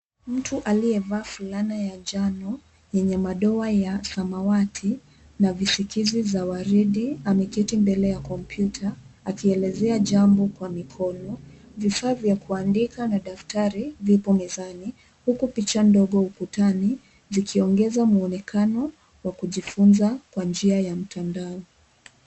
Mtu aliyevaa fulana ya njano yenye madoa ya samawati na visikizi za waridi ameketi mbele ya kompyuta akielezea jambo kwa mikono. Vifaa vya kuandika na daftari vipo mezani huku picha ndogo ukutani zikiongeza mwonekano wa kujifunza kwa njia ya mtandao.